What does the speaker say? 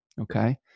okay